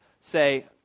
say